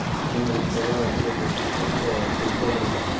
ನಿಮ್ಗೆ ಚಲೋ ಅನ್ಸಿತು ಅಂತ ಅಂತ ತಿಳ್ಕೊಂಡಿರ್ತೀನಿ